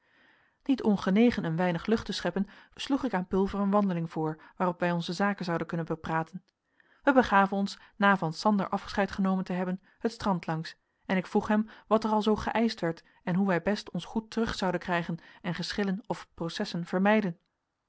niet ongenegen een weinig lucht te scheppen sloeg ik aan pulver een wandeling voor waarop wij onze zaken zouden kunnen bepraten wij begaven ons na van sander afscheid genomen te hebben het strand langs en ik vroeg hem wat er al zoo geëischt werd en hoe wij best ons goed terug zouden krijgen en geschillen of processen vermijden